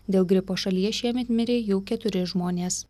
dėl gripo šalyje šiemet mirė jau keturi žmonės